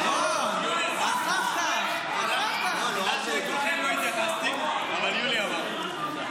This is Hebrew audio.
--- לכולכם לא התייחסתי, אבל יולי אמר.